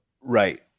Right